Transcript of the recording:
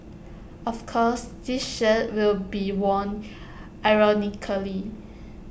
of course this shirt will be worn ironically